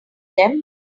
them